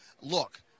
look